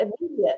immediate